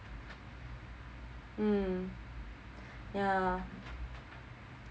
mm yeah